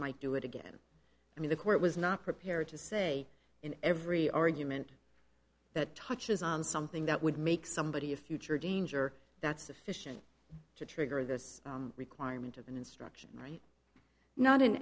might do it again i mean the court was not prepared to say in every argument that touches on something that would make somebody a future danger that's sufficient to trigger this requirement of an instruction right not in